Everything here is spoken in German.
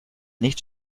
nicht